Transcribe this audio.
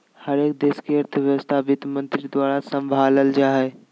हरेक देश के अर्थव्यवस्था वित्तमन्त्री द्वारा सम्भालल जा हय